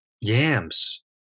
yams